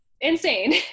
insane